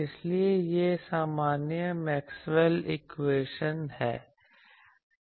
इसलिए यह सामान्य मैक्सवेल इक्वेशन है